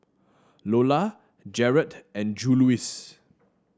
Lolla Jarett and Juluis